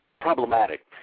problematic